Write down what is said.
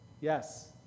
yes